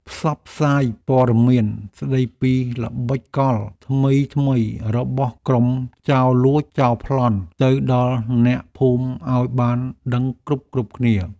ផ្សព្វផ្សាយព័ត៌មានស្តីពីល្បិចកលថ្មីៗរបស់ក្រុមចោរលួចចោរប្លន់ទៅដល់អ្នកភូមិឱ្យបានដឹងគ្រប់ៗគ្នា។